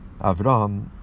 Avram